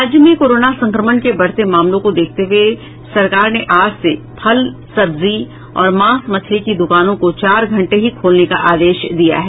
राज्य में कोरोना संक्रमण के बढ़ते मामलों को देखते हुए सरकार ने आज से फल सब्जी और मांस मछली की दुकानों को चार घंटे ही खोलने का आदेश दिया है